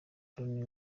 loni